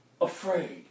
afraid